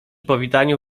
powitaniu